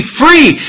free